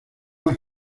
las